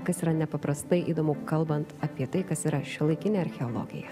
kas yra nepaprastai įdomu kalbant apie tai kas yra šiuolaikinė archeologija